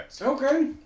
Okay